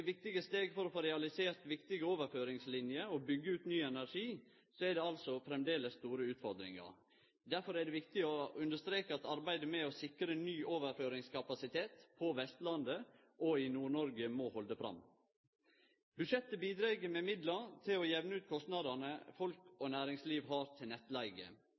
viktige steg for å få realisert viktige overføringslinjer og byggje ut ny energi, er det altså framleis store utfordringar. Derfor er det viktig å understreke at arbeidet med å sikre ny overføringskapasitet på Vestlandet og i Nord-Noreg må halde fram. Budsjettet bidreg med midlar til å jamne ut kostnadene folk og næringsliv har til nettleige.